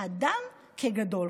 אדם כגדול,